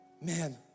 Man